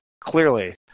clearly